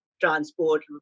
transport